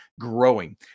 growing